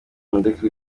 mundeke